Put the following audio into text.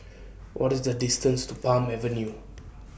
What IS The distance to Palm Avenue